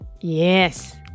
Yes